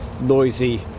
noisy